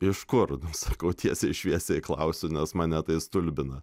iš kur sakau tiesiai šviesiai klausiu nes mane tai stulbina